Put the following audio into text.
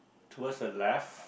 towards the left